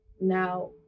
Now